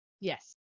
Yes